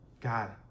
God